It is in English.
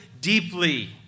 deeply